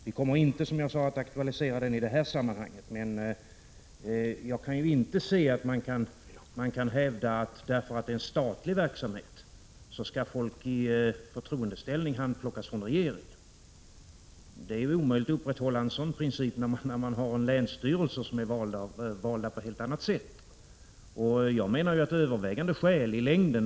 Vi kommer inte, som jag sade tidigare, att aktualisera den frågan i detta sammanhang, men jag kan inte se att man kan hävda att eftersom detta är en statlig verksamhet, så skall folk i förtroendeställning handplockas av regeringen. Det är omöjligt att upprätthålla en sådan princip, när man har en länsstyrelse som är vald på ett helt annat sätt. Jag menar att man här har att ta ställning.